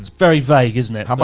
very vague, isn't it? but